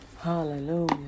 hallelujah